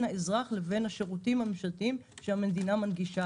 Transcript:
האזרח לבין השירותים הממשלתיים שהמדינה מנגישה.